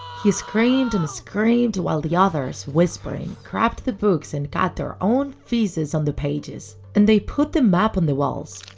he screamed and screamed while the others, whispering, grabbed the books and got their own feces on the pages and they put them up on the walls.